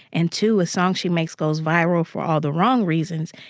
and, two, a song she makes goes viral for all the wrong reasons,